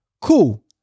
Cool